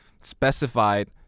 specified